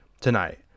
tonight